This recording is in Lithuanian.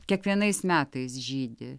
kiekvienais metais žydi